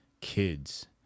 kids